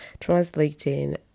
translating